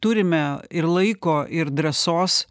turime ir laiko ir drąsos